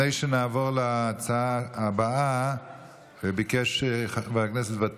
21 בעד, תשעה מתנגדים, לכן גם הצעה זו